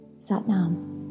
Satnam